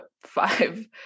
five